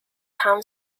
town